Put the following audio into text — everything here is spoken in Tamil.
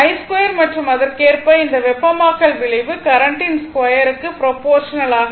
i2 மற்றும் அதற்கேற்ப அந்த வெப்பமாக்கல் விளைவு கரண்டின் ஸ்கொயர் க்கு ப்ரோபோர்ஷனல் ஆக இருக்கும்